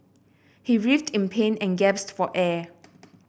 he writhed in pain and gasped for air